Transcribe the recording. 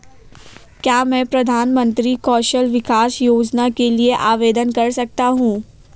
क्या मैं प्रधानमंत्री कौशल विकास योजना के लिए आवेदन कर सकता हूँ?